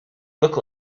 look